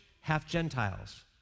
half-Gentiles